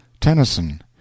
Tennyson